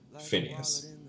Phineas